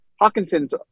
Hawkinson's